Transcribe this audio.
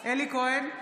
אלי כהן,